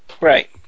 Right